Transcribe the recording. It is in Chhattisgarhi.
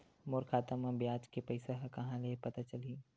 मोर खाता म ब्याज के पईसा ह कहां ले पता चलही?